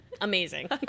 Amazing